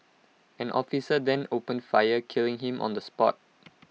an officer then opened fire killing him on the spot